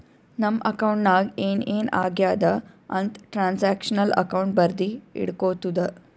ನಮ್ ಅಕೌಂಟ್ ನಾಗ್ ಏನ್ ಏನ್ ಆಗ್ಯಾದ ಅಂತ್ ಟ್ರಾನ್ಸ್ಅಕ್ಷನಲ್ ಅಕೌಂಟ್ ಬರ್ದಿ ಇಟ್ಗೋತುದ